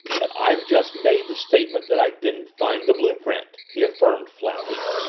but i've just made the statement that i didn't find the blue-print, he affirmed flatly.